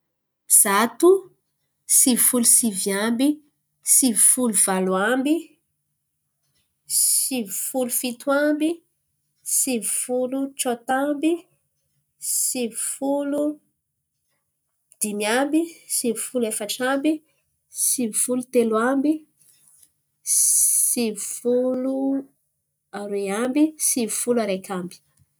Zato, sivy folo sivy amby, sivy folo valo amby, sivy folo fito amby, sivy folo tsôta amby, sivy folo dimy amby, sivy folo efatra amby, sivy folo telo amby, sivy folo aroe amby, sivy folo araiky amby.